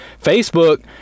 Facebook